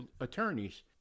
attorneys